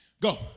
go